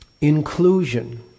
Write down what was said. Inclusion